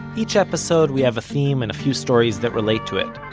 each episode we have a theme and a few stories that relate to it.